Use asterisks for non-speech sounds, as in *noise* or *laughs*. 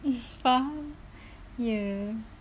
*laughs* faham ye